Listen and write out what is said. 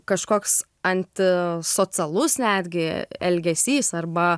kažkoks antisocialus netgi elgesys arba